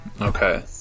Okay